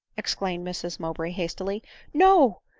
exclaimed mrs mowbray hastily no,